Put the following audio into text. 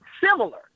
similar